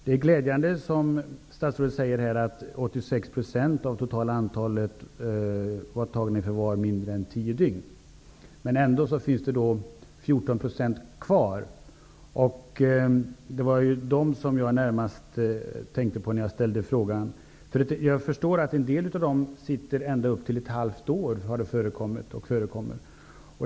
Det är glädjande att man, som statsrådet säger, i 86 % av det totala antalet fall hålls i förvar mindre än tio dygn, men det finns ändå 14 % kvar. Det var närmast dem som jag tänkte på när jag ställde min fråga. Jag har förstått att det förekommer att en del av dem får sitta i förvar ända upp till ett halvår.